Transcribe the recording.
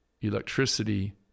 electricity